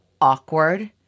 awkward